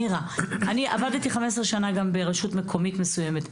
נירה: אני עבדתי במשך כ-15 שנים ברשות מקומית מסוימת.